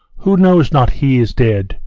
who knows not he is dead!